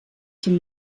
den